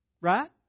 Right